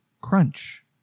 crunch